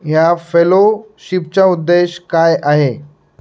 ह्या फेलोशिपचा उद्देश काय आहे